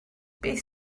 beth